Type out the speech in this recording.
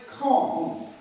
calm